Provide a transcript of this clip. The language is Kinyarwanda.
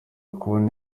kubona